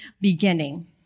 beginning